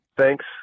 Thanks